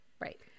Right